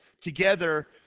together